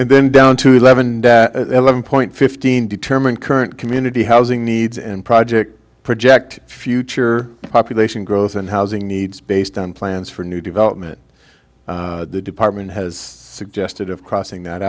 and then down to eleven and eleven point fifteen determine current community housing needs and project project future population growth and housing needs based on plans for new development the department has suggested of crossing that